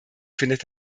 findet